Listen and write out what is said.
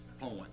point